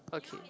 okay